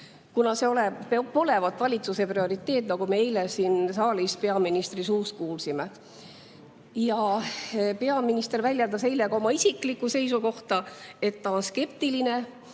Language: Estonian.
kuna see polevat valitsuse prioriteet, nagu me eile siin saalis peaministri suust kuulsime. Peaminister väljendas eile ka oma isiklikku seisukohta, et ta on skeptiline,